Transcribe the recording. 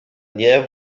nie